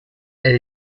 elle